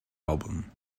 album